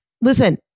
Listen